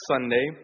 Sunday